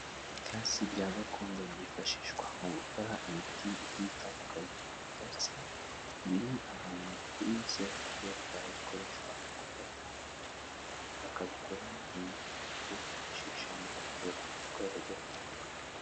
Ibyatsi bya gakondo byifashishwa mu gukora imiti igiye itandukanye, ibyatsi biri ahantu kuri senkenge bikaba bikoreshwa mu kubifata bakabikoramo imiti yo kwifashisha mu kuvura abarwayi bagiye batandukanye.